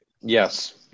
Yes